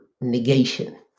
negation